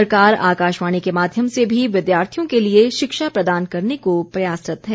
सरकार आकाशवाणी के माध्यम से भी विद्यार्थियों के लिए शिक्षा प्रदान करने को प्रयासरत है